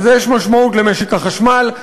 לזה יש משמעות למשק החשמל,